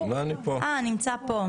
כאן.